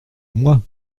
moi